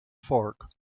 fork